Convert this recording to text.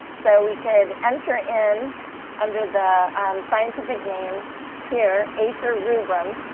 so we could enter in under the scientific name here, acer rubrum.